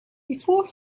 before